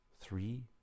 three